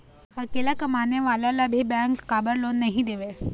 अकेला कमाने वाला ला भी बैंक काबर लोन नहीं देवे?